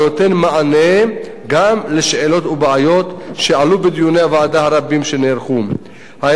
הנותן מענה גם על שאלות ובעיות שעלו בדיונים הרבים שנערכו בוועדה.